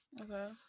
Okay